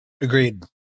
Agreed